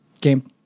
game